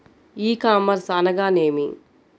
ఈ కామర్స్ అనగా నేమి?